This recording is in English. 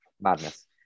Madness